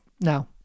Now